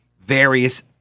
various